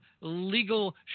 legal